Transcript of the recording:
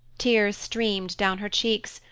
tears streamed down her cheeks,